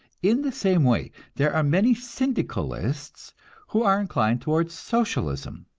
in the same way there are many syndicalists who are inclined toward socialism.